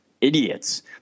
idiots